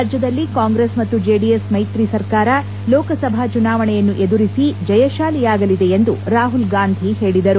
ರಾಜ್ಗದಲ್ಲಿ ಕಾಂಗ್ರೆಸ್ ಮತ್ತು ಜೆಡಿಎಸ್ ಮೈತ್ರಿ ಲೋಕಸಭಾ ಚುನಾವಣೆಯನ್ನು ಎದುರಿಸಿ ಜಯಶಾಲಿಯಾಗಲಿದೆ ಎಂದು ರಾಹುಲ್ಗಾಂಧಿ ಹೇಳಿದರು